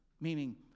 meaning